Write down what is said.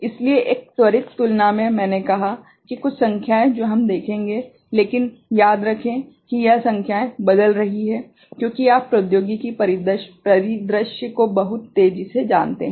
इसलिए एक त्वरित तुलना में मैंने कहा कि कुछ संख्याएँ जो हम देखेंगे लेकिन याद रखें कि यह संख्याएँ बदल रही हैं क्योंकि आप प्रौद्योगिकी परिदृश्य को बहुत तेज़ी से जानते हैं